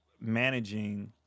managing